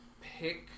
pick